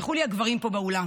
יסלחו לי הגברים פה באולם.